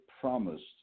promised